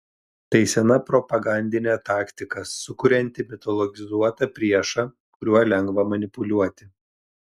tai sena propagandinė taktika sukuriantį mitologizuotą priešą kuriuo lengva manipuliuoti